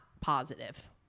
positive